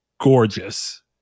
gorgeous